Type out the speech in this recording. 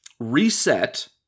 Reset